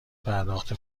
پرداخت